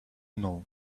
know